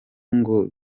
ngo